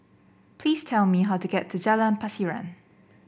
please tell me how to get to Jalan Pasiran